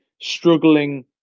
struggling